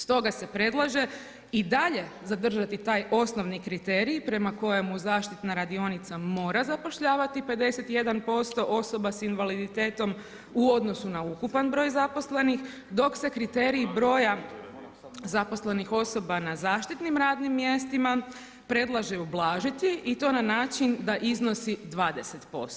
Stoga se predlaže i dalje zadržati taj osnovni kriterij prema kojemu zaštitna radionica mora zapošljavati 51% osoba sa invaditetom u odnosu na ukupan broj zaposlenih dok se kriteriji broja zaposlenih osoba na zaštitnim radnim mjestima predlaže ublažiti i to na način da iznosi 20%